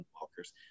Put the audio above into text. Walkers